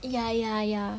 ya ya ya